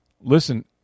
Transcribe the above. listen